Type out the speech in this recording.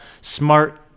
smart